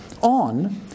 on